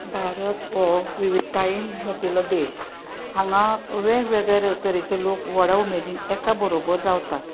भारत हो विविधतायेन नटिल्लो देश हांगा वेगवेगळे तरेचे लोक व्हडा उमेदन एका बरोबर रावतात